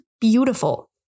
beautiful